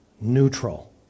neutral